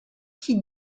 qui